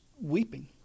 weeping